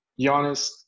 Giannis